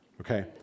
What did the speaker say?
Okay